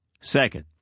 Second